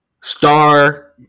Star